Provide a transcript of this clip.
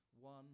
One